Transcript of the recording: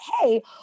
hey